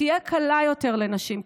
תהיה קלה יותר לנשים,